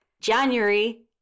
January